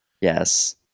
Yes